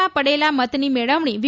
માં પડેલા મતની મેળવણી વી